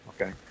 Okay